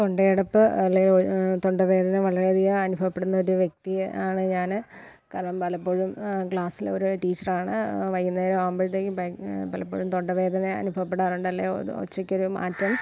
തൊണ്ടയടപ്പ് അല്ലെങ്കില് തൊണ്ടവേദന വളരെയധികം അനുഭവപ്പെടുന്നൊരു വ്യക്തി ആണ് ഞാന് കാരണം പലപ്പോഴും ക്ലാസ്സിലെ ഒരു ടീച്ചറാണ് വൈകുന്നേരം ആകുമ്പോഴത്തേക്കും ഭയ പലപ്പോഴും തൊണ്ടവേദന അനുഭവപ്പെടാറുണ്ട് അല്ലെങ്കില് ഒച്ചയ്ക്കൊരു മാറ്റം